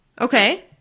Okay